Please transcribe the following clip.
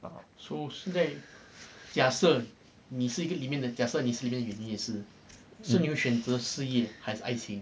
so 现在假设你是一个里面的角色你是在里面的演员也是你会选择事业还是爱情